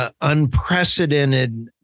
unprecedented